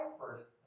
first